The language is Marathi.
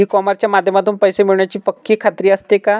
ई कॉमर्सच्या माध्यमातून पैसे मिळण्याची पक्की खात्री असते का?